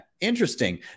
interesting